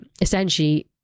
essentially